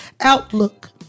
outlook